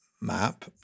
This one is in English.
map